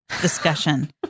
discussion